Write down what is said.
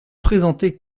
présenté